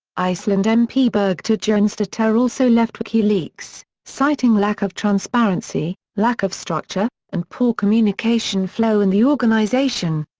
iceland mp birgitta jonsdottir also left wikileaks, citing lack of transparency, lack of structure, and poor communication flow in the organisation.